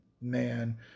man